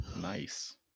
nice